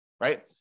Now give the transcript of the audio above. right